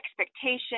expectation